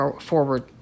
forward